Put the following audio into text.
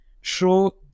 show